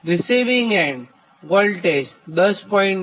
receiving end voltage 10